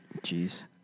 Jeez